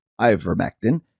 ivermectin